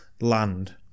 Land